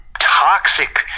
toxic